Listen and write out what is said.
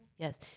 Yes